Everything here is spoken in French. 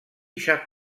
chaque